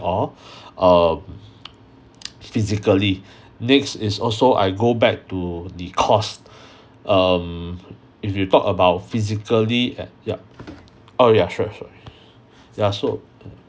or um physically next is also I go back to the cost um if you talk about physically yup oh ya sure sure ya so